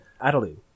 Adeline